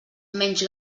menys